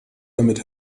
damit